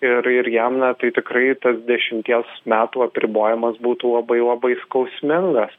ir ir jam na tai tikrai tas dešimties metų apribojimas būtų labai labai skausmingas